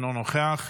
אינו נוכח.